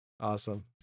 Awesome